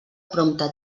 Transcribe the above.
prompte